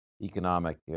economic